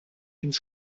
ins